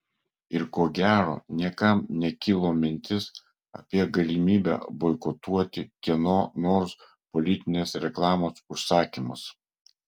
ir ko gero niekam nekilo mintis apie galimybę boikotuoti kieno nors politinės reklamos užsakymus